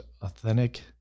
authentic